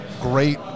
great